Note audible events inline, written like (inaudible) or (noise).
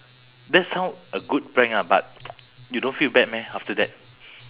that sound a good prank ah but (noise) you don't feel bad meh after that